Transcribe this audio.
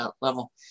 level